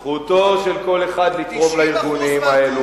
אז זכותו של כל אחד לתרום לארגונים האלו.